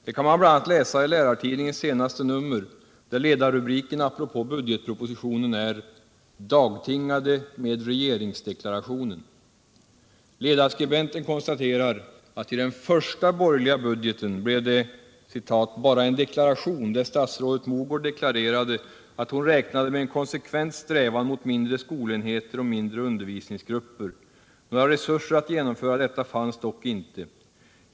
Det kan man bl.a. läsa i Lärartidningen, nr 3 för i år, där ledarrubriken apropå budgetpropositionen är: ”Dagtingande med regeringsdeklarationen.” Ledarskribenten konstaterar att i den första borgerliga budgeten blev det ”bara en deklaration där statsrådet Mogård deklarerade att hon räknade med en ”konsekvent strävan mot mindre skolenheter och mindre undervisningsgrupper”. Några resurser att genomföra detta fanns dock inte.